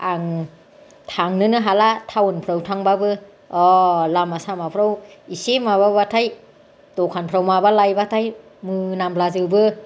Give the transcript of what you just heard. आं थांनोनो हाला टाउनफ्राव थांबाबो ह' लामा सामाफ्राव एसे माबाबाथाय दखानफ्राव माबा लायबाथाय मोनामला जोबो